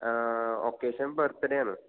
occasion birthday ആണ്